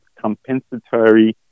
Compensatory